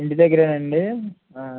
ఇంటి దగ్గరే నండి